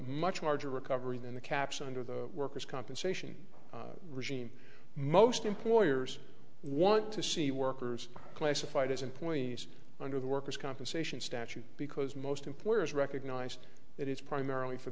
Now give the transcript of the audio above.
much marja recovery than the caps under the worker's compensation regime most employers want to see workers classified as employees under the worker's compensation statute because most employers recognize that it's primarily for